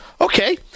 okay